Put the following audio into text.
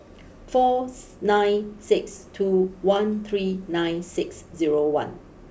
fourth nine six two one three nine six zero one